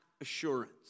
assurance